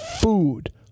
food